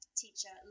teacher